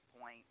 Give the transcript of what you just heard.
point